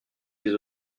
des